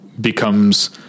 becomes